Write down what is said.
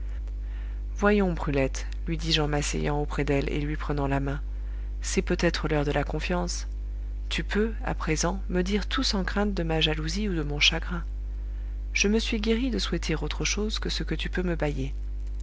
voyons brulette lui dis-je en m'asseyant auprès d'elle et lui prenant la main c'est peut-être l'heure de la confiance tu peux à présent me dire tout sans crainte de ma jalousie ou de mon chagrin je me suis guéri de souhaiter autre chose que ce que tu peux me bailler